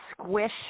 squish